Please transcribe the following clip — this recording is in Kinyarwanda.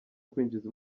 kwinjiza